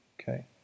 okay